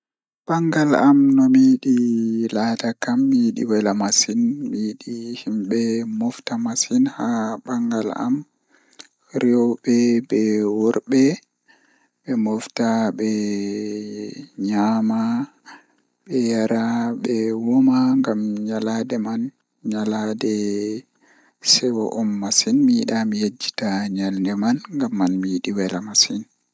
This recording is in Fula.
Njaarɗe am mawnde no ɗuum woni ko hoore e adunaaji. Miɗo yiɗi njikkee njappi ko e rewɓe e sawɗe majji, no waɗiima no aduno mi wallaande. Mi faala njidde ndeeɗo neɗɗo wuttirɗo e jamma, njogotaade e ɗuum ko maayo njiggita e heɗeji. Bimbi njilli e giteeri miɗo yiɗi mo fayda e fewndo ndem e waɗirnde ngoodi ɗi waɗi jonnaaɗi e yamiro.